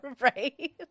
Right